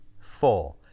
four